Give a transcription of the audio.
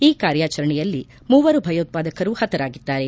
ಈ ಕಾರ್ಯಾಚರಣೆಯಲ್ಲಿ ಮೂವರು ಭಯೋತ್ಪಾದಕರು ಹತರಾಗಿದ್ದಾರೆ